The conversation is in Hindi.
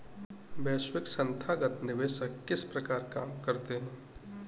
वैश्विक संथागत निवेशक किस प्रकार काम करते हैं?